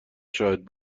شاهد